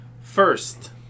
first